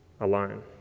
alone